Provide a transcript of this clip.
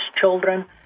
children